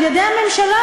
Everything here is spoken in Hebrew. על-ידי הממשלה,